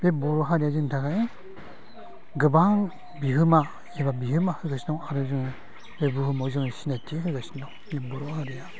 बे बर' हारिनि थाखाय गोबां बिहोमा एबा बिहोमा होगासिनो दङ आरो जोङो बे बुहुमाव जोङो सिनायथि होगासिनो दङ बे बर' हारिया